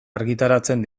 argitaratzen